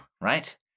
right